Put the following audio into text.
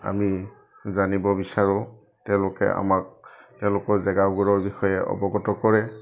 আমি জানিব বিচাৰোঁ তেওঁলোকে আমাক তেওঁলোকৰ জেগাবোৰৰ বিষয়ে অৱগত কৰে